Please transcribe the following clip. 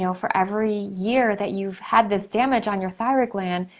you know for every year that you've had this damage on your thyroid gland,